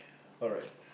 alright